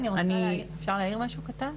אפשר להעיר משהו קטן?